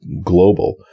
Global